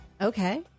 Okay